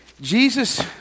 Jesus